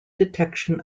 detection